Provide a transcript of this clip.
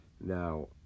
Now